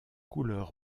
couleur